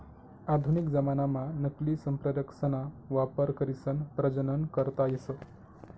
आधुनिक जमानाम्हा नकली संप्रेरकसना वापर करीसन प्रजनन करता येस